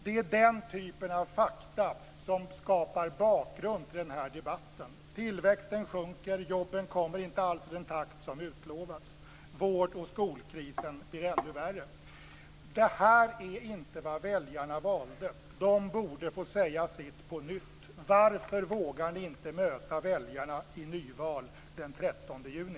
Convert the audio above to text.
Det är den typen av fakta som skapar bakgrund till den här debatten. Tillväxten sjunker, jobben kommer inte alls i den takt som utlovats och vård och skolkrisen blir ännu värre. Det här är inte vad väljarna valde. De borde få säga sitt på nytt. Varför vågar ni inte möta väljarna i nyval den 13 juni?